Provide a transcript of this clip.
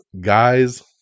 Guys